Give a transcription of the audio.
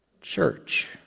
church